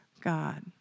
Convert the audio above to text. God